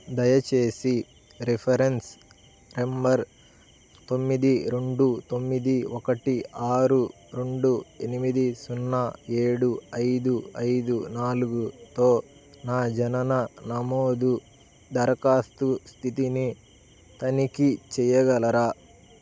దయచేసి reference number తొమ్మిది రెండు తొమ్మిది ఒకటి ఆరు రెండు ఎనిమిది సున్నా ఏడు ఐదు ఐదు నాలుగుతో నా జనన నమోదు దరఖాస్తు స్థితిని తనిఖీ చేయగలరా